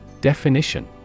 Definition